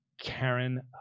Karen